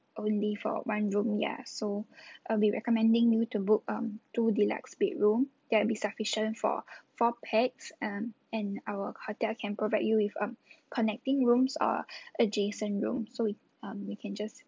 only for one room ya so I'll be recommending you to book um two deluxe bedroom that would be sufficient for four pax um and our hotel can provide you with a connecting rooms or adjacent room so you um you can just